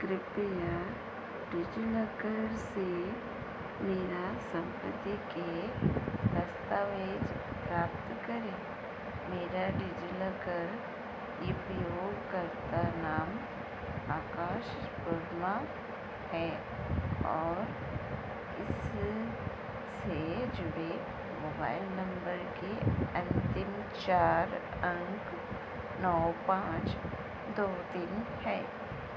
कृपया डिज़िलॉकर से मेरी सम्पत्ति के दस्तावेज़ प्राप्त करें मेरा डिज़िलॉकर उपयोगकर्ता नाम आकाश वर्मा है और इससे जुड़े मोबाइल नम्बर के अन्तिम चार अंक नौ पाँच दो तीन है